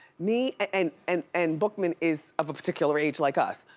me and and and bookman is of a particular age like us.